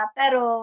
pero